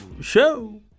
show